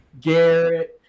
Garrett